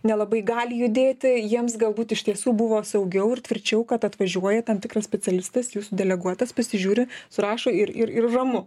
nelabai gali judėti jiems galbūt iš tiesų buvo saugiau ir tvirčiau kad atvažiuoja tam tikras specialistas jūsų deleguotas pasižiūri surašo ir ir ir ramu